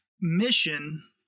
mission